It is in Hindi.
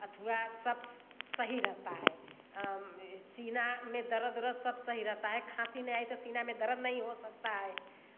अथवा सब सही रहता है सीना में दर्द उरद सब सही रहता है खाँसी नहीं आए तो सीना में दर्द नहीं हो सकता है